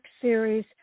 Series